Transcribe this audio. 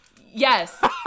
Yes